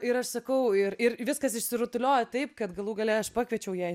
ir aš sakau ir ir viskas išsirutuliojo taip kad galų gale aš pakviečiau ją